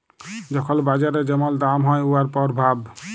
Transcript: যখল বাজারে যেমল দাম হ্যয় উয়ার পরভাব